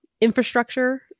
infrastructure